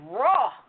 raw